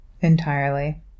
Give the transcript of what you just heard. Entirely